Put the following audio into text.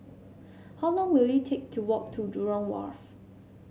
how long will it take to walk to Jurong Wharf